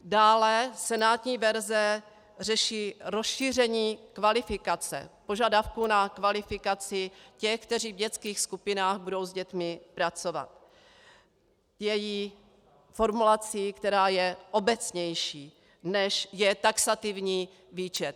Dále senátní verze řeší rozšíření kvalifikace, požadavků na kvalifikaci těch, kteří v dětských skupinách budou s dětmi pracovat, její formulací, která je obecnější, než je taxativní výčet.